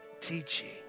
teaching